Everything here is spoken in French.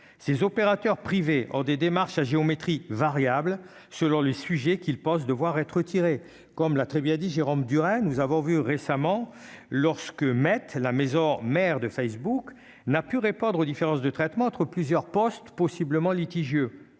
ces opérateurs privés en des démarches à géométrie variable selon les sujets qu'ils posent, devoir être retiré, comme l'a très bien dit Jérôme Durain nous avons vu récemment lorsque mettent la maison mère de Facebook n'a pu répondre aux différences de traitement entre plusieurs postes possiblement litigieux